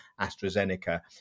AstraZeneca